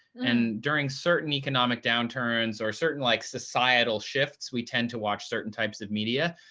and during certain economic downturns or certain like societal shifts, we tend to watch certain types of media.